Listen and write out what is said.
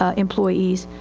ah employees.